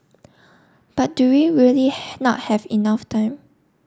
but do we really not have enough time